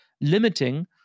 limiting